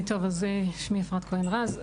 שמי אפרת כהן רז,